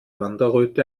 wanderröte